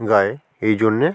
গায়ে এই জন্য